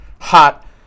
hot